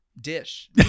Dish